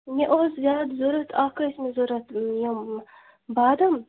مےٚ اوس یہِ حٲز ضۄرت اکھ ٲسۍ مےٚ ضورت یِم بادم